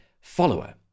follower